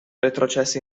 retrocesse